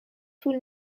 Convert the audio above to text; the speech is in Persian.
طول